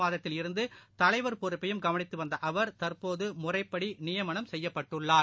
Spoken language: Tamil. மாதத்தில் இருந்துதலைவர் பொறுப்பையும் கவனித்துவந்தஅவர் இந்தஆண்டு ஜான் தற்போதுமுறைப்படிநியமனம் செய்யப்பட்டுள்ளார்